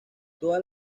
todas